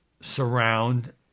surround